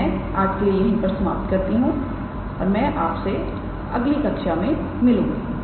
तो मैं आज के लिए यहीं पर समाप्त करती हूं और मैं आपसे अगली कक्षा मैं मिलूंगी